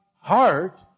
heart